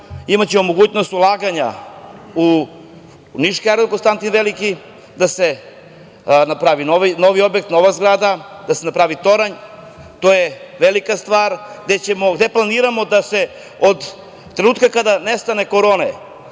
imaćemo mogućnost ulaganja u niški aerodrom „Konstantin Veliki“ da se napravi novi objekat, nova zgrada, da se napravi toranj. To je velika stvar, gde planiramo da se od trenutka kada nestane korona,